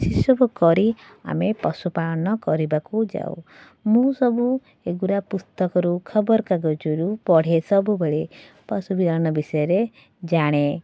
ସେସବୁ କରି ଆମେ ପଶୁପାଳନ କରିବାକୁ ଯାଉ ମୁଁ ସବୁ ଏଗୁଡ଼ା ପୁସ୍ତକରୁ ଖବରକାଗଜରୁ ପଢ଼େ ସବୁବେଳେ ପଶୁପାଳନ ବିଷୟରେ ଜାଣେ